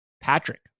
Patrick